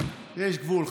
יש גבול.